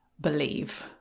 believe